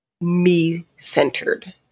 me-centered